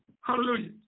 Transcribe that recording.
Hallelujah